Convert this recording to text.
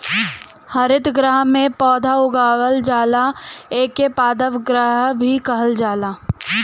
हरितगृह में पौधा उगावल जाला एके पादप गृह भी कहल जाला